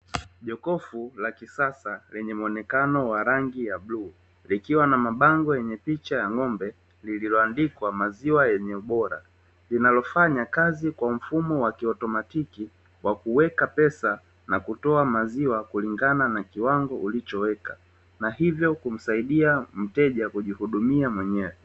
Jokofu la kisasa, lenye muonekano wa rangi ya bluu, likiwa na mabango yenye picha ya ng'ombe, lililoandikwa maziwa yenye ubora, linalofanya kazi kwa mfumo wa kiautomatiki wa kuweka pesa na kutoa maziwa kulingana na kiwango ulichoweka, na hivyo kumsaidia mteja kujihudumia mwenyewe.